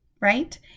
Right